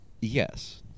Yes